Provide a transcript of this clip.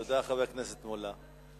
תודה, חבר הכנסת מולה.